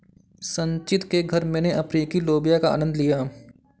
संचित के घर मैने अफ्रीकी लोबिया का आनंद लिया